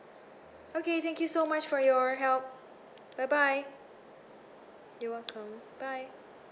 okay thank you so much for your help bye bye you're welcome bye